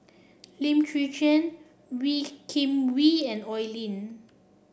Lim Chwee Chian Wee Kim Wee and Oi Lin